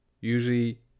Usually